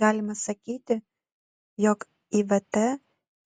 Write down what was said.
galima sakyti jog ivt